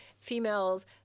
females